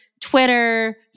Twitter